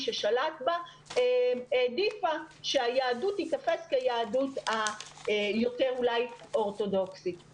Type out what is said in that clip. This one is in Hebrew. ששלט בה העדיפה שהיהדות תיתפס כיהדות היותר אולי אורתודוכסית.